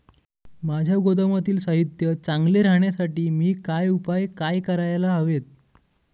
माझ्या गोदामातील साहित्य चांगले राहण्यासाठी मी काय उपाय काय करायला हवेत?